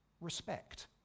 respect